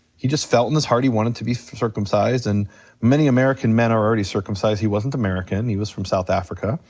he just felt in his heart that he wanted to be circumcised and many american men are already circumcised, he wasn't american, he was from south africa.